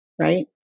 Right